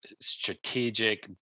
strategic